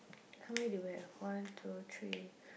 how many do we have one two three